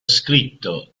scritto